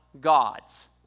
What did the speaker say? God's